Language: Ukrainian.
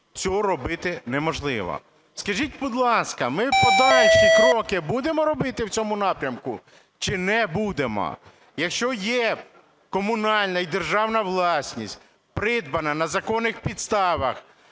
цього робити неможливо. Скажіть, будь ласка, ми подальші кроки будемо робити в цьому напрямку чи не будемо? Якщо є комунальна і державна власність, придбана на законних підставах,